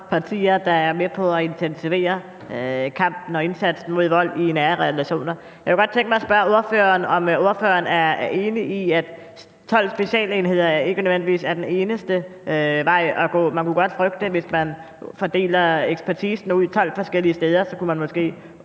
partier, der er med på at intensivere kampen og indsatsen mod vold i nære relationer. Jeg kunne godt tænke mig at spørge ordføreren, om ordføreren er enig i, at 12 specialenheder ikke nødvendigvis er den eneste vej at gå, for man kunne godt frygte, at man, hvis ekspertisen fordeles ud på 12 forskellige steder, måske